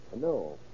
No